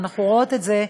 אנחנו רואות את זה,